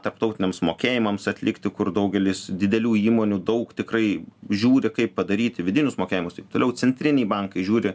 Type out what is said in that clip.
tarptautiniams mokėjimams atlikti kur daugelis didelių įmonių daug tikrai žiūri kaip padaryti vidinius mokėjimus taip toliau centriniai bankai žiūri